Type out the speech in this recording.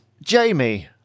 Jamie